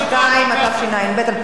התשע"ב 2012,